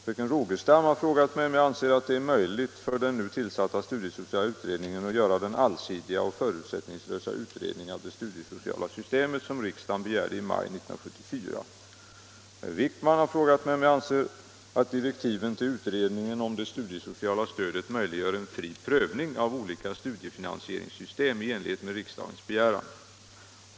Fröken Rogestam har frågat mig om jag anser att det är möjligt för den nu tillsatta studiesociala utredningen att göra den allsidiga och förutsättningslösa utredning av det studiesociala systemet som riksdagen begärde i maj 1974. Herr Wijkman har frågat mig om jag anser att direktiven till utredningen om det studiesociala stödet möjliggör en fri prövning av olika studiefinansieringssystem i enlighet med riksdagens begäran.